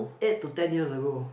eight to ten years ago